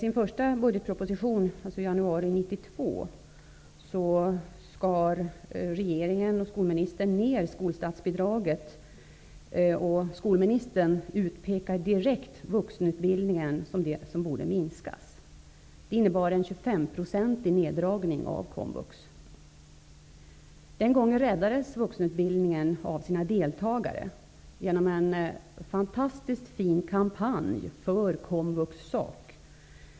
1992 föreslog regeringen och skolministern att statsbidraget till skolorna skulle skäras ned. Skolministern utpekade direkt vuxenutbildningen som det område som skulle minskas i omfattning. Det innebar en 25-procentig neddragning av komvux. Den gången räddades vuxenutbildningen av sina deltagare. Det skedde med hjälp av en fantastiskt fin kampanj för komvux sak.